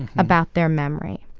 about their memory.